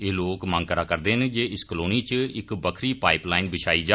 एह लोक मंग करा करदे न जे इस कालौनी इच इक बक्खरी पाईप लाईन बछाई जा